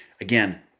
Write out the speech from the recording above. Again